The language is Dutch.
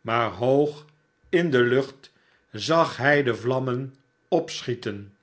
maar hoog in de lucht zag hij de vlammen opschieten